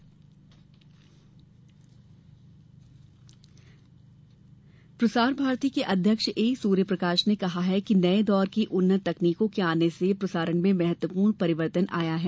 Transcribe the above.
प्रसारण सम्मेलन प्रसार भारती के अध्यक्ष ए सूर्य प्रकाश ने कहा है कि नये दौर की उन्नत तकनीकों के आने से प्रसारण में महत्वपूर्ण परिवर्तन आया है